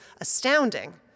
astounding